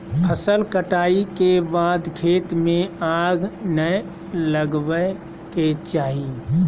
फसल कटाई के बाद खेत में आग नै लगावय के चाही